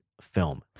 film